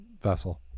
vessel